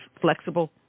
flexible